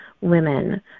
women